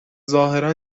ظاهرا